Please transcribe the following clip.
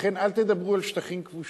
לכן אל תדברו על שטחים כבושים,